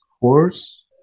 horse